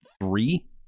three